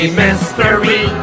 mystery